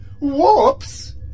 Whoops